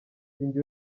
sinjye